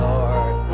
Lord